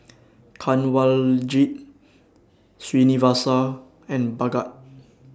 Kanwaljit Srinivasa and Bhagat